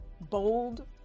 bold